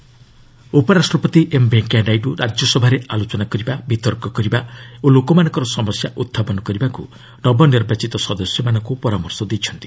vice president ଉପରାଷ୍ଟପତି ଏମ୍ ଭେଙ୍କିୟା ନାଇଡ଼ ରାଜ୍ୟସଭାରେ ଆଲୋଚନା କରିବା ବିତର୍କ କରିବା ଓ ଲୋକମାନଙ୍କର ସମସ୍ୟା ଉତ୍ଥାପନ କରିବାପାଇଁ ନବନିର୍ବାଚିତ ସଦସ୍ୟମାନଙ୍କ ପରାମର୍ଶ ଦେଇଛନ୍ତି